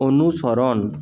অনুসরণ